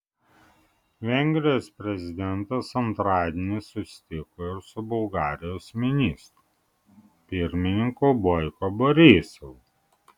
vengrijos prezidentas antradienį susitiko ir su bulgarijos ministru pirmininku boiko borisovu